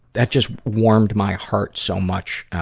that just warmed my heart so much.